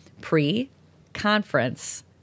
Pre-conference